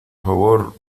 favor